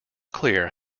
clear